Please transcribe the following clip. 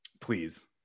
Please